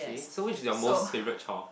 so which is your most favourite chore